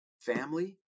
family